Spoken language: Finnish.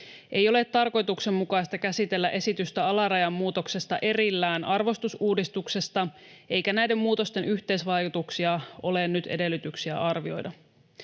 Ei ole tarkoituksenmukaista käsitellä esitystä alarajan muutoksesta erillään arvostusuudistuksesta, eikä näiden muutosten yhteisvaikutuksia ole nyt edellytyksiä arvioida.